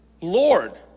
Lord